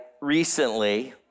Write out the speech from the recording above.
recently